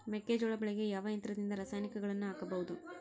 ಮೆಕ್ಕೆಜೋಳ ಬೆಳೆಗೆ ಯಾವ ಯಂತ್ರದಿಂದ ರಾಸಾಯನಿಕಗಳನ್ನು ಹಾಕಬಹುದು?